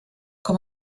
com